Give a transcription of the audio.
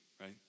right